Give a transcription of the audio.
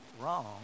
wrong